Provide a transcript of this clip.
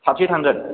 साबैसे थांगोन